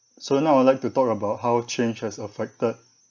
so now I would like to talk about how change has affected